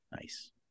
Nice